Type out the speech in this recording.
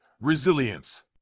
resilience